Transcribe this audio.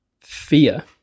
fear